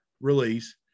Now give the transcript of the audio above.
release